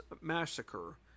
massacre